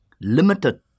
limited